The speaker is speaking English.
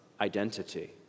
identity